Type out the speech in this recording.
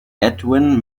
edwin